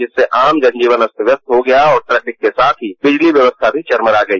जिससे आम जनजीवन अस्तं व्यरस्त हो गया है और ट्रैफिक के साथ ही बिजली व्य वस्था भी चरमरा गई